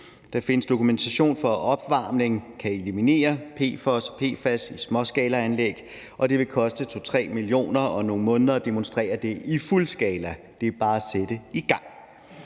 Der findes dokumentation for, at opvarmning kan eliminere PFOS og PFAS i småskalaanlæg, og det vil koste 2-3 mio. kr. og nogle måneder at demonstrere det i fuldskala. Det er bare at sætte i gang.